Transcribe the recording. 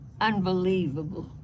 unbelievable